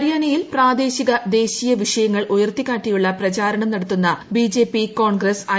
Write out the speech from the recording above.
ഹരിയാനയിൽ പ്രാദ്ദേശിക ദേശീയ വിഷയങ്ങൾ ഉയർത്തിക്കാട്ടിയുള്ള പ്രചാരണം നടത്തുന്ന ബിജെപി കോൺഗ്രസ് ഐ